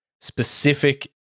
specific